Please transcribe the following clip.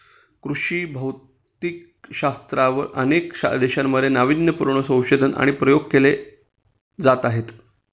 कृषी भौतिकशास्त्रावर अनेक देशांमध्ये नावीन्यपूर्ण संशोधन आणि प्रयोग केले जात आहेत